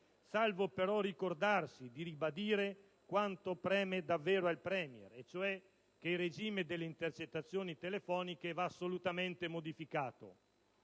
salvo però ricordarsi di ribadire quanto preme davvero al Premier, cioè che il regime delle intercettazioni telefoniche sia assolutamente modificato.